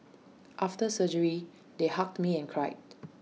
after surgery they hugged me and cried